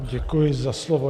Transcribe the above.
Děkuji za slovo.